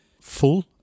full